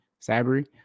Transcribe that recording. Sabri